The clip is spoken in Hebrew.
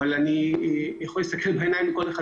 אבל אני מוכן להסתכל בעיניים של כל אחד